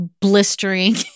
blistering